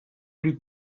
luc